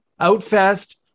OutFest